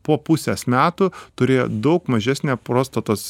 po pusės metų turėjo daug mažesnę prostatos